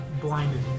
blinded